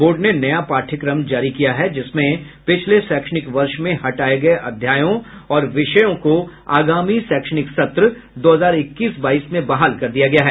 board ने नया पाठ्यक्रम जारी किया है जिसमें पिछले शैक्षणिक वर्ष में हटाये गये अध्यायों और विषयों को अगामी शैक्षणिक सत्र दो हजार इक्कीस बाईस में बहाल कर दिया गया है